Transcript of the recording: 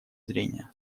зрение